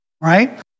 right